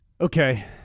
Okay